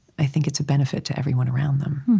i think it's a benefit to everyone around them.